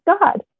God